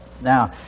Now